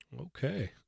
Okay